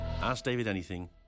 AskDavidAnything